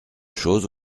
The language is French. chose